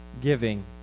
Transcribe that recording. giving